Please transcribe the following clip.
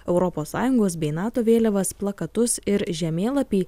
europos sąjungos bei nato vėliavas plakatus ir žemėlapį